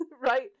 right